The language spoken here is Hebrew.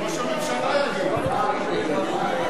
הם התנגדו,